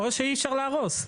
או שאי אפשר להרוס.